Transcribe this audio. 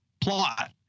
plot